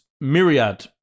myriad